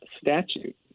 statute